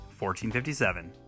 1457